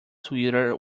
sweeter